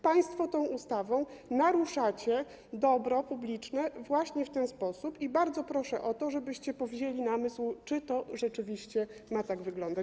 Państwo tą ustawą naruszacie dobro publiczne właśnie w ten sposób i bardzo proszę o to, żebyście powzięli namysł, czy to rzeczywiście ma tak wyglądać.